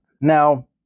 Now